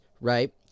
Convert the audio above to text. right